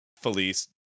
Felice